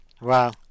Wow